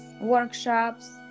workshops